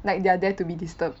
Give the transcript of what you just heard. like they are there to be disturbed